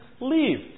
Leave